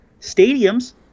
stadiums